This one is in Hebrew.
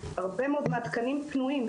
הרבה מאוד מהתקנים פנויים,